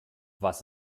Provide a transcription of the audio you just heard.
was